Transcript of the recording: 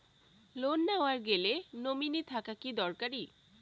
Loan নেওয়ার গেলে nominee থাকা কি দরকারী?